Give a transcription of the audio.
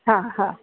हा हा